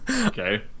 Okay